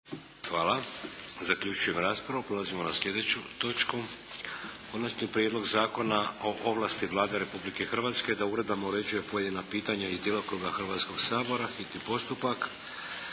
Vladimir (HDZ)** Konačni prijedlog Zakona o ovlasti Vlade Republike Hrvatske da uredbama uređuje pojedina pitanja iz djelokruga Hrvatskoga sabora. Dajem na